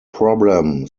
problem